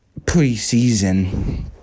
preseason